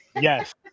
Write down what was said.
Yes